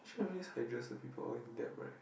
just the people all in debt right